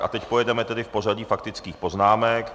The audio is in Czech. A teď pojedeme tedy v pořadí faktických poznámek.